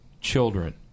children